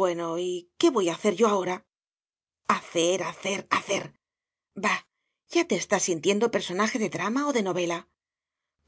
bueno y qué voy a hacer yo ahora hacer hacer hacer bah ya te estás sintiendo personaje de drama o de novela